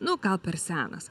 nu gal per senas